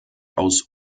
aus